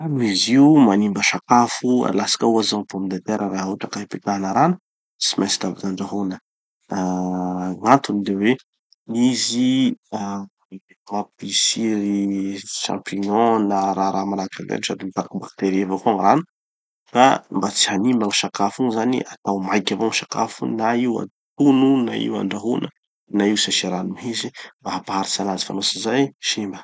izy io manimba sakafo. Alatsika ohatsy zao gny pomme de terre, raha hotraky ipetahana rano, tsy maintsy davy da andrahona. Ah gn'antony de hoe, izy mampitsiry champignon na raharaha manahaky anizay, no sady mitariky bacterie avao koa gny rano. Fa mba tsy hanimba gny sakafo igny zany, atao maiky avao gny sakafo na io atono na io andrahona na io tsy asia rano mihitsy mba hampaharitsy anazy. Fa no tsy zay, simba.